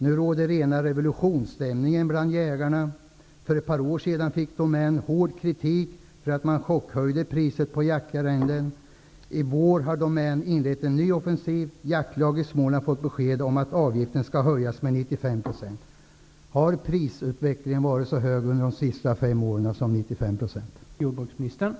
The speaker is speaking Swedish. Nu råder rena revolutionsstämningen bland jägarna. För ett par år sedan fick Domän hård kritik för att man chockhöjde priset på jaktarrendena. I vår har Domän inlett en ny offensiv -- jaktlag i Småland har fått besked om att avgiften ska höjas med 95 procent!'' Har prisutvecklingen varit så hög som 95 % under de senaste fem åren?